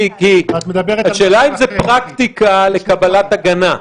השאלה אם זאת פרקטיקה לקבלת הגנה.